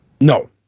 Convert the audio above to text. No